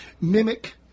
mimic